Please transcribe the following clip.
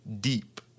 deep